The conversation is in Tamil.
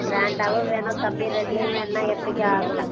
க்ராண்டாகவும் வேணும் கம்மி ரேட்லேயும் வேணும்னால் எப்படிங்க ஆகும்